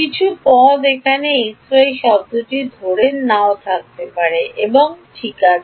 কিছু পদ এখানে xy শব্দটি নাও থাকতে পারে এবং ঠিক আছে